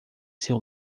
seu